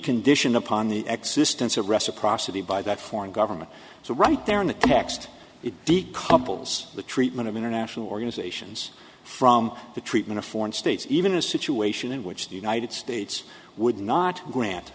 condition upon the existence of reciprocity by that foreign government so right there in the text it decouples the treatment of international organizations from the treatment of foreign states even a situation in which the united states would not grant